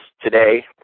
today